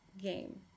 game